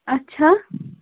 اَچھا